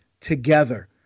together